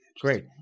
great